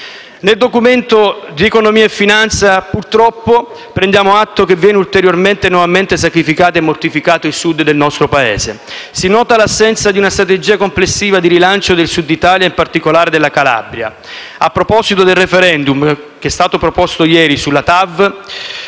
Nel Documento di economia e finanza, purtroppo, prendiamo atto del fatto che viene ulteriormente e nuovamente sacrificato e mortificato il Sud del nostro Paese. Si nota l'assenza di una strategia complessiva di rilancio del Sud Italia, in particolare della Calabria. A proposito del *referendum* che è stato proposto ieri sulla TAV,